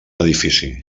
edifici